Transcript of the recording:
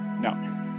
no